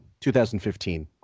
2015